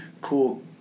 cool